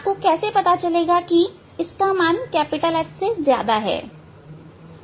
आपको कैसे पता चलेगा कि इसका मान F से ज्यादा है